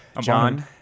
John